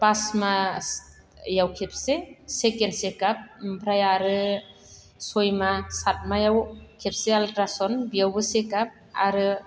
फास मासआव खेबसे सेकेन्ड चेक आप ओमफ्राय आरो सयमाह सातमाहयाव खेबसे आलट्रासाउन्ड बेयावबो सेक आप आरो